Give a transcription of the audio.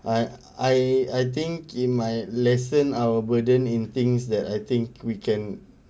I I think in my lesson our burden in things that I think we can